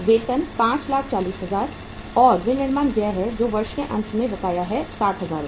वेतन 540000 और विनिर्माण व्यय हैं जो वर्ष के अंत में बकाया हैं 60000 रु